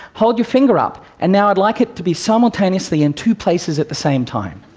hold your finger up, and now i'd like it to be simultaneously in two places at the same time.